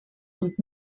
und